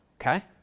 Okay